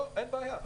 אין בעיה.